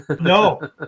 No